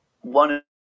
One